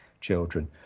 children